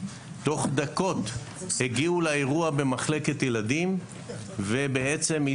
תוך דקות הגיעו לאירוע במחלקת ילדים והצילו